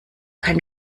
kein